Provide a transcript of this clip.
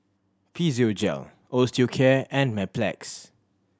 Physiogel Osteocare and Mepilex